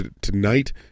tonight